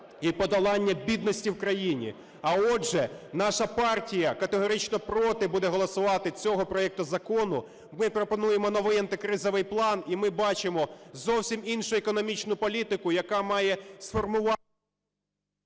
і подолання бідності в країні. А, отже, наша партія категорично проти буде голосувати цього проекту закону. Ми пропонуємо новий антикризовий план. І ми бачимо зовсім іншу економічну політику, яка має сформувати...